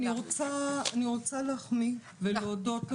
אני רוצה להחמיא ולהודות לך.